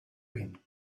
been